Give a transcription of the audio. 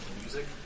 music